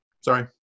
Sorry